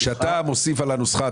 כשאתה מוסיף על הנוסחה,